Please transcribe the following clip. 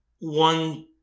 one